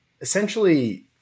essentially